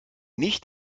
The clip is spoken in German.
nicht